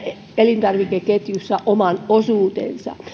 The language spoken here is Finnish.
elintarvikeketjussa oman osuutensa